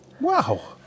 Wow